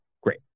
great